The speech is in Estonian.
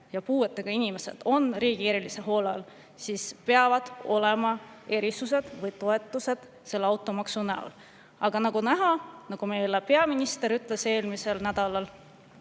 ja puuetega inimesed on riigi erilise hoole all, siis peavad olema erisused või toetused selle automaksu korral. Aga nagu näha, nagu meile peaminister ütles eelmisel nädalal,